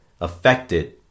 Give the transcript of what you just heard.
affected